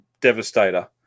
Devastator